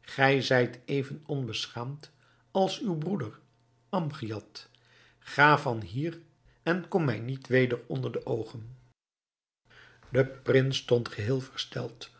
gij zijt even onbeschaamd als uw broeder amgiad ga van hier en kom mij niet weder onder de oogen de prins stond geheel versteld